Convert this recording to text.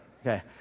Okay